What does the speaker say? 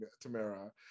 Tamara